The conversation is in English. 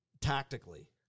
tactically